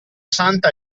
santa